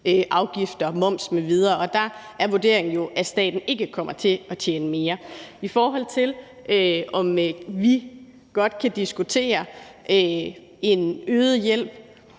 energiafgifter, moms m.v. Og der er vurderingen jo, at staten ikke kommer til at tjene mere. I forhold til om vi godt kan diskutere en øget hjælp,